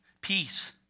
peace